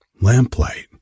lamplight